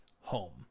home